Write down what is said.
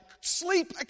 sleep